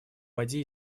воде